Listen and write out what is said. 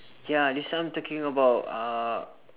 ya this one talking about uh